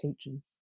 teachers